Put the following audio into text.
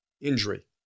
injury